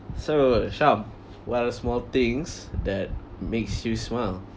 so sham what are the small things that makes you smile